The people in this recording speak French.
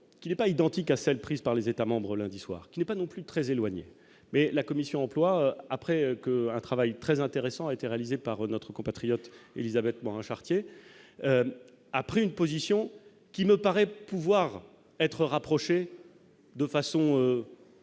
qui n'est pas identique à celles prises par les États membres lundi soir qu'il n'est pas non plus très éloigné, mais la commission emploi après qu'un travail très intéressant, a été réalisée par notre compatriote Élisabeth Morin Chartier a pris une position qui me paraît pouvoir être rapproché de façon